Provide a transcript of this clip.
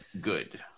good